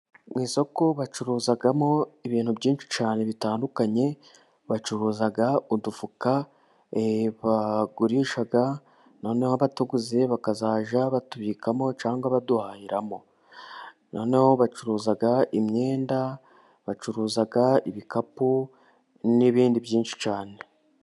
Mu isoko bacuruzamo ibintu byinshi cyane bitandukanye, bacuruza udufuka bagurisha noneho abatuguze bakazajya batubikamo, cyangwa baduhahiramo. Noneho bacuruza imyenda, bacuruza ibikapu, n'ibindi byinshi cyane.